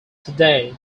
today